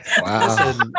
Wow